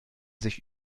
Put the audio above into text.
sich